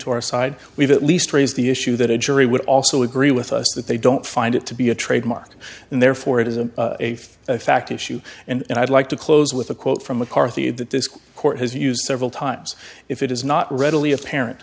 to our side we've at least raised the issue that a jury would also agree with us that they don't find it to be a trademark and therefore it isn't a fact issue and i'd like to close with a quote from mccarthy that this court has used several times if it is not readily apparent